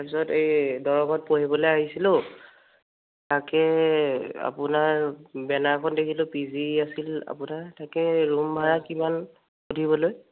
তাৰপিছত এই দৰঙত পঢ়িবলৈ আহিছিলোঁ তাকে আপোনাৰ বেনাৰখন দেখিলোঁ পিজি আছিল আপোনাৰ তাকেই ৰুম ভাড়া কিমান সুধিবলৈ